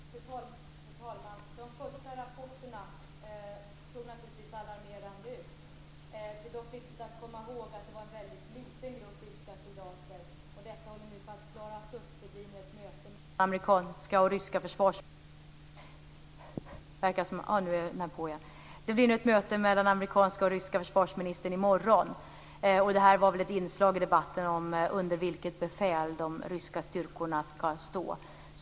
Fru talman! De första rapporterna såg naturligtvis alarmerande ut. Det är dock viktigt att komma ihåg att det var en väldigt liten grupp ryska soldater. Detta håller nu på att klaras upp. Det blir nu ett möte mellan den amerikanska försvarsministern och den ryska försvarsministern i morgon. Detta var väl ett inslag i debatten om under vilket befäl de ryska styrkorna skall stå.